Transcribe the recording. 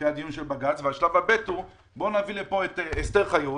שהיה דיון של בג"ץ ושלב ב' הוא להביא לפה את אסתר חיות,